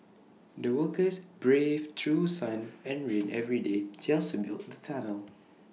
the workers braved through sun and rain every day just to build the tunnel